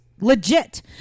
Legit